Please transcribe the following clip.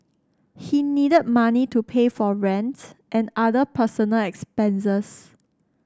he needed money to pay for rent and other personal expenses